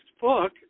book